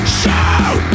shoot